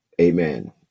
amen